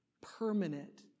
Permanent